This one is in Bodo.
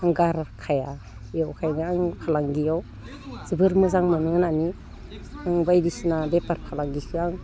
गारखाया बेवहायबो आं फालांगियाव जोबोर मोजां मोनो होननानै आं बायदिसिना बेफार फालांगिखो आं